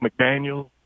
McDaniel